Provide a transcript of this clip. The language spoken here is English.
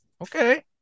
Okay